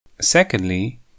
Secondly